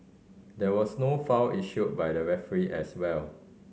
there was no foul issued by the referee as well